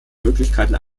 möglichkeiten